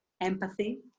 empathy